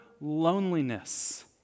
loneliness